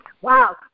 Wow